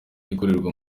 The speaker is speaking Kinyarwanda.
ikorerwa